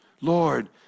Lord